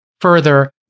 further